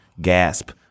gasp